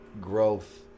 growth